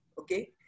okay